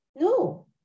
No